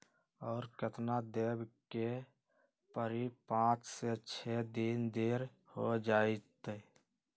और केतना देब के परी पाँच से छे दिन देर हो जाई त?